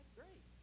great